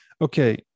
Okay